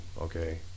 okay